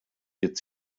wird